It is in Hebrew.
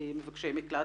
מבקשי המקלט